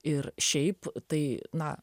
ir šiaip tai na